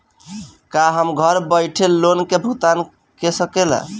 का हम घर बईठे लोन के भुगतान के शकेला?